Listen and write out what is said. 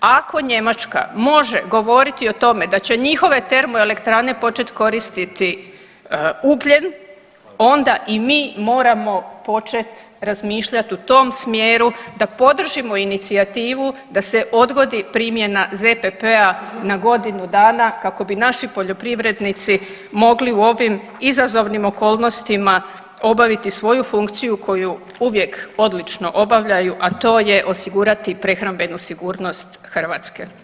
Ako Njemačka može govoriti o tome da će njihove termoelektrane počet koristiti ugljen onda i mi moramo počet razmišljat u tom smjeru da podržimo inicijativu da se odgodi primjena ZPP-a na godinu dana kako bi naši poljoprivrednici mogli u ovim izazovnim okolnostima obaviti svoju funkciju koju uvijek odlično obavljaju, a to je osigurati prehrambenu sigurnost Hrvatske.